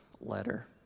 letter